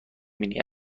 بینی